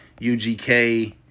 UGK